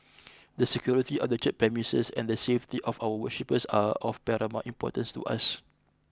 the security of the church premises and the safety of our worshippers are of paramount importance to us